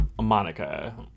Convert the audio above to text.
Monica